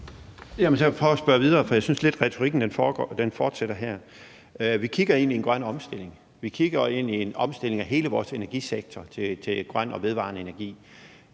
lidt, at retorikken fortsætter her. Vi kigger ind i en grøn omstilling; vi kigger ind i en omstilling af hele vores energisektor til grøn og vedvarende energi.